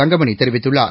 தங்கம்ணி தெரிவித்துள்ளார்